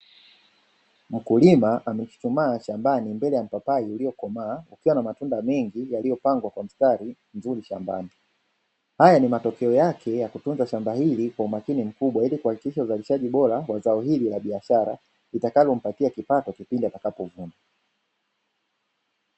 Mkulima amechuchumaa shambani mbele ya mpapai uliokomaa ukiwa na matunda mengi yaliyopangwa kwa mstari mzuri shambani. Haya ni matokeo yake ya kutunza shamba hili kwa umakini mkubwa ili kuhakikisha uzalishaji bora wa zao hili la biashara litakalompatia kipato pindi atakapovuna.